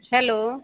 hello